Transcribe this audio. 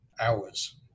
hours